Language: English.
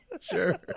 sure